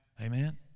Amen